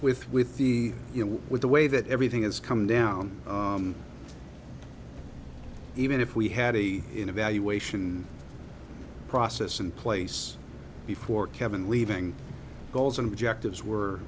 with with the you know with the way that everything has come down even if we had a in a valuation process in place before kevin leaving goals and objectives were